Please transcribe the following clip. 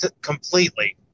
completely